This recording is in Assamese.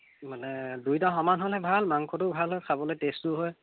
মানে দুইটা সমান হ'লে ভাল মাংসটো ভাল হয় খাবলৈ টেষ্টো হয়